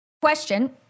Question